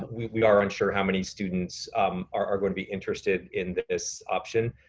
we aren't sure how many students are going to be interested in this option.